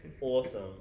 awesome